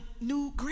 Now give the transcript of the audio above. new